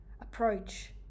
approach